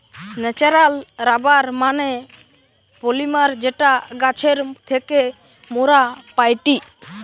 natural rubber মানে polymer যেটা গাছের থেকে মোরা পাইটি